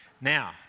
Now